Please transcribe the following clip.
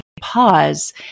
pause